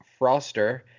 Froster